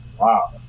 Wow